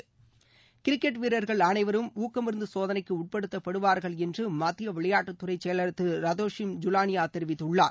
NST Delhi cricket வீரர்கள் அனைவரும் ஊக்கமருந்து சோதனைக்கு உட்படுத்தப்படுவார்கள் என்று மத்திய விளையாட்டுத்துறை செயலர் திருராதேஷியாம் ஜுவானியா தெரிவித்துள்ளார்